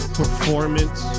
performance